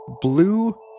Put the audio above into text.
Blue